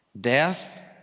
death